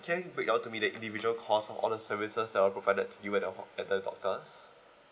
can you break down to me the individual cost on all the services that are provided to you when you're at the doctors